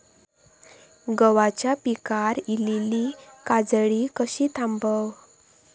गव्हाच्या पिकार इलीली काजळी कशी थांबव?